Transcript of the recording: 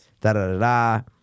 Da-da-da-da